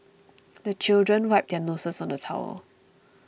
the children wipe their noses on the towel